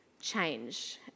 change